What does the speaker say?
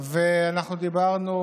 אנחנו דיברנו